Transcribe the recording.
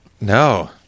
No